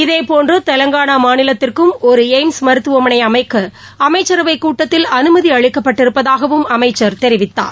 இதேபோன்று தெலங்கானா மாநிலத்திற்கும் ஒரு எய்ம்ஸ் மருத்துவமனை அமைக்க அமைச்சரவைக் கூட்டத்தில் அனுமதி அளிக்கப்பட்டிருப்பதாகவும் அமைச்சர் தெரிவித்தார்